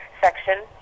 section